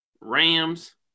Rams